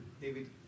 David